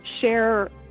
share